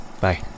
Bye